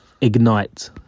ignite